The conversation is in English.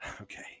Okay